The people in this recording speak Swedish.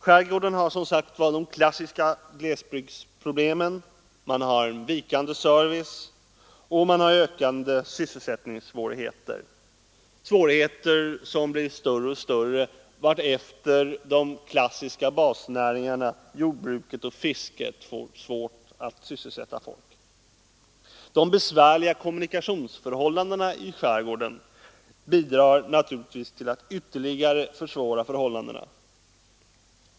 Skärgården uppvisar de klassiska glesbygdsproblemen. Man har där en vikande service och ökande sysselsättningssvårigheter, som blir större och större vartefter de klassiska basnäringarna jordbruk och fiske får svårt att sysselsätta människorna. De besvärliga kommunikationsförhållandena i skärgården bidrar också till att ytterligare försvåra läget.